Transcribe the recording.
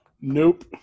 Nope